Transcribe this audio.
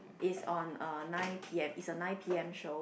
it's on uh nine p_m it's a nine p_m show